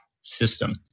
system